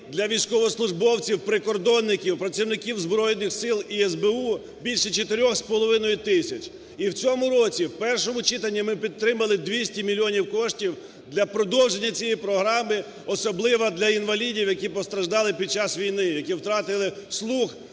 для військовослужбовців прикордонників, працівників Збройних Сил і СБУ – більше 4,5 тисяч. І в цьому році в першому читанні ми підтримали 200 мільйонів коштів для продовження цієї програми, особливо для інвалідів, які постраждали під час війни, які втратили слух,